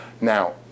Now